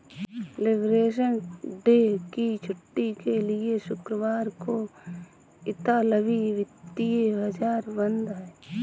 liberation day की छुट्टी के लिए शुक्रवार को इतालवी वित्तीय बाजार बंद हैं